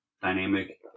dynamic